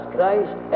Christ